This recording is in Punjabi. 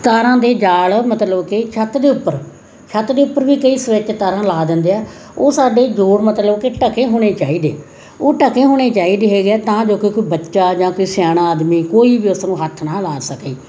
ਤਾਰਾਂ ਦੇ ਜਾਲ ਮਤਲਬ ਕਿ ਛੱਤ ਦੇ ਉੱਪਰ ਛੱਤ ਦੇ ਉੱਪਰ ਵੀ ਕਈ ਸਵਿਚ ਤਾਰਾਂ ਲਾ ਦਿੰਦੇ ਆ ਉਹ ਸਾਡੇ ਜੋੜ ਮਤਲਬ ਕਿ ਢਕੇ ਹੋਣੇ ਚਾਹੀਦੇ ਉਹ ਢਕੇ ਹੋਣੇ ਚਾਹੀਦੇ ਹੈਗੇ ਤਾਂ ਜੋ ਕਿ ਕੋਈ ਬੱਚਾ ਜਾਂ ਕੋਈ ਸਿਆਣਾ ਆਦਮੀ ਕੋਈ ਵੀ ਉਸ ਨੂੰ ਹੱਥ ਨਾ ਲਾ ਸਕੇ